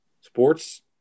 Sports